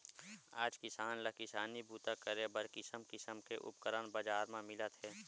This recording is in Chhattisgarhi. आज किसान ल किसानी बूता करे बर किसम किसम के उपकरन बजार म मिलत हे